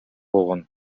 болгон